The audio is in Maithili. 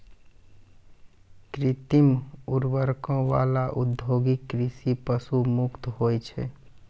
कृत्रिम उर्वरको वाला औद्योगिक कृषि पशु मुक्त होय छै